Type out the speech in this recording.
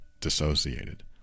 dissociated